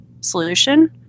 solution